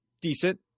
decent